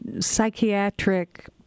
psychiatric